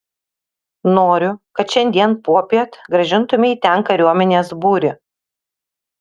noriu kad šiandien popiet grąžintumei ten kariuomenės būrį